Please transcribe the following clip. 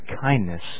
kindness